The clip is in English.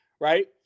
right